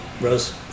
Rose